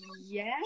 yes